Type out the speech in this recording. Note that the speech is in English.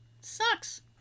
Sucks